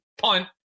punt